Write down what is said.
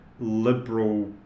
liberal